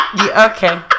Okay